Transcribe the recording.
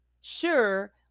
Sure